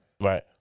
Right